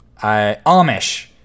Amish